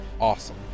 awesome